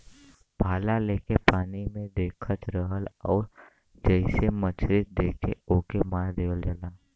भाला लेके पानी में देखत रहलन आउर जइसे मछरी दिखे ओके मार देवल जाला